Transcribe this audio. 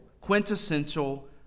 quintessential